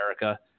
America